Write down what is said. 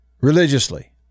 religiously